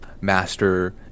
Master